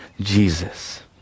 Jesus